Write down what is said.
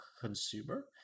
consumer